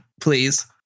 please